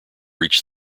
reached